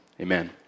amen